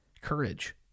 courage